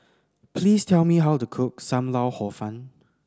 please tell me how to cook Sam Lau Hor Fun